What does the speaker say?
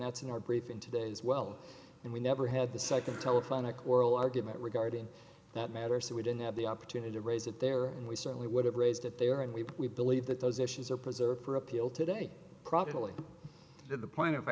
that's in our briefing today as well and we never had the second telephonic worl argument regarding that matter so we didn't have the opportunity to raise it there and we certainly would have raised it there and we we believe that those issues are preserved for appeal today probably to the point of